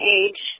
age